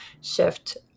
shift